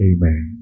Amen